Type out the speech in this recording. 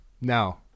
no